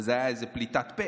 וזה איזו פליטת פה.